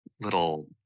little